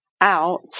out